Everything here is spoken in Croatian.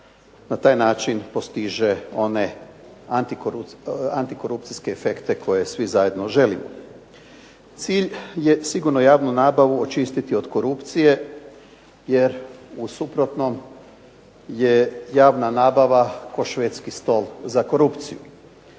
na taj način postiže one antikorupcijske efekte koje svi zajedno želimo. Cilj je sigurno javnu nabavu očistiti od korupcije jer u suprotnom je javna nabava kao švedski stol za korupciju.